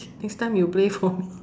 next time you play for me